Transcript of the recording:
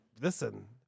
listen